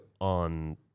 on